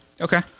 okay